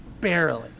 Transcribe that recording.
barely